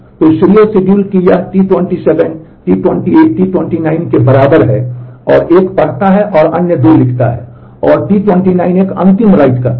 तो Serial schedule कि यह T27 T28 T29 के बराबर है और एक पढ़ता है और अन्य 2 लिखते हैं और T29 एक अंतिम write करता है